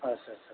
आदसा